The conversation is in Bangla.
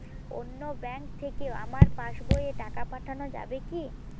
অন্য ব্যাঙ্ক থেকে আমার পাশবইয়ে টাকা পাঠানো যাবে কি?